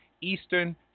Eastern